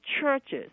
churches